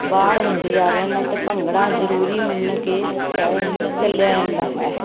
ਬਾਹਰ ਹੁੰਦੇ ਜਾ ਰਹੇ ਹਨ ਅਤੇ ਭੰਗੜਾ ਜ਼ਰੂਰੀ ਮੰਨ ਕੇ ਚ ਚੱਲਿਆ ਜਾਂਦਾ ਹੈ